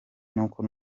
nuko